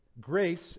grace